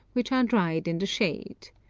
which are dried in the shade.